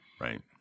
Right